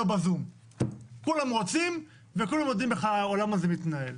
בזום כולם רוצים וכולם יודעים איך העולם הזה מתנהל.